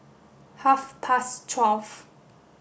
half past twelve